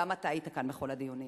גם אתה היית כאן בכל הדיונים.